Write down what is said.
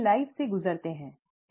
वे जीवन से गुजरते हैं है ना